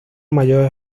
mayor